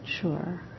sure